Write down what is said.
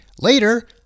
Later